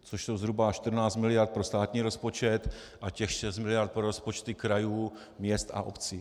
Což je zhruba 14 mld. pro státní rozpočet a těch 6 mld. pro rozpočty krajů, měst a obcí.